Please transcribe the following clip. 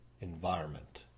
environment